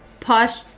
Posh